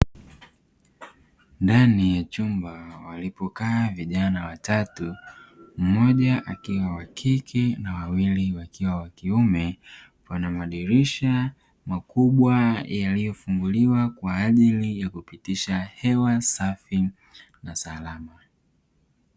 Ndani ya chumba walipokaa vijana watatu mmoja akiwa wakike na wawili wakiwa wakuime, pana madirisha makubwa yaliyofunguliwa kwa ajili ya kupitisha hewa safi na salama.